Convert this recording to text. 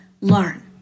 learn